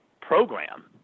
program